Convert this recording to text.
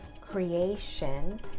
creation